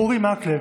מקלב,